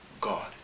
God